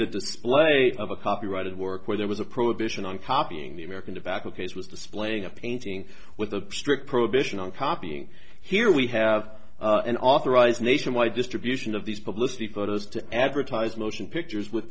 the display of a copyrighted work where there was a prohibition on copying the american tobacco case was displaying a painting with a strict prohibition on copying here we have an authorized nationwide distribution of these publicity photos to advertise motion pictures with